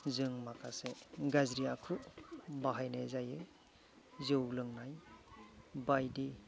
जों माखासे गाज्रि आखु बाहायनाय जायो जौ लोंनाय बायदि